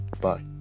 bye